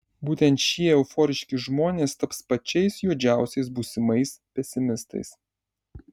būtent šie euforiški žmonės taps pačiais juodžiausiais būsimais pesimistais